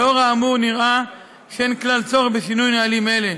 לאור האמור, נראה שאין כלל צורך בשינוי נהלים אלה,